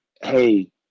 Hey